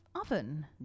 oven